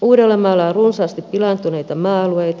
uudellamaalla on runsaasti pilaantuneita maa alueita